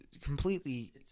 completely